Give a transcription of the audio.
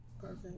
Perfect